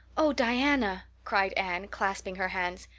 oh, diana, cried anne, clasping her hands,